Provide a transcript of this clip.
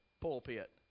pulpit